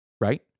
Right